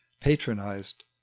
patronized